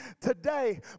today